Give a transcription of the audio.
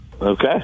Okay